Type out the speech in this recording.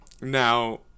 Now